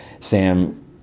Sam